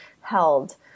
held